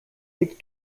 aid